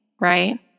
right